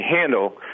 handle